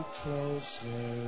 closer